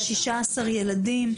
16 ילדים.